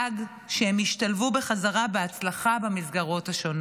שהם ישתלבו בחזרה בהצלחה במסגרות השונות.